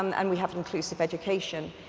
um and we have inclusive education.